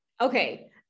okay